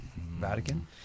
Vatican